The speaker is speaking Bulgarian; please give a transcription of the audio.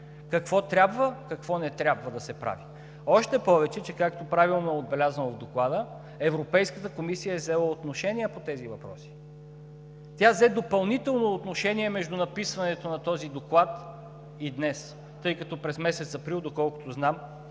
какво трябва, какво не трябва да се прави. Още повече че, както правилно е отбелязано в Доклада, Европейската комисия е взела отношение по тези въпроси. Тя взе допълнително отношение между написването на този доклад и днес, тъй като през месец април, доколкото знам,